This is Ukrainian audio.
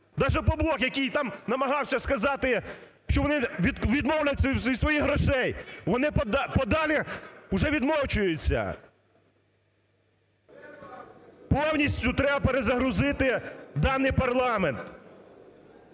Даже "Опоблок", який там намагався сказати, що вони відмовляються від своїх грошей, вони подалі вже відмовчуються. Повністю треба перезагрузити даний парламент.